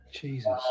Jesus